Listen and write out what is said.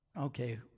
Okay